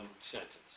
sentence